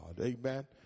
amen